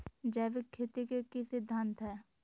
जैविक खेती के की सिद्धांत हैय?